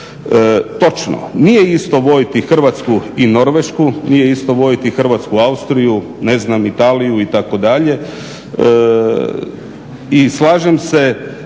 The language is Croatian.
Točno, nije isto voditi Hrvatsku i Norvešku, nije isto voditi Hrvatsku, Austriju, ne znam Italiju itd.